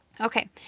Okay